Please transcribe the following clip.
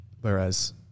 Whereas